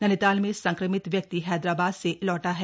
नैनीताल में संक्रमित व्यक्ति हैदराबाद से लौटा है